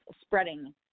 spreading